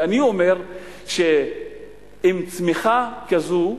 ואני אומר שעם צמיחה כזאת,